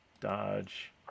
dodge